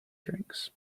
drinks